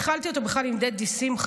התחלתי אותו בכלל עם דדי שמחי,